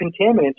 contaminants